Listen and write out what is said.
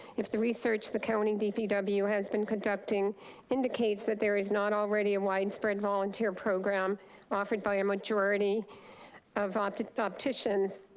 if the research the county dpw has been conducting indicates that there is not already a widespread volunteer program offered by a majority of opticians,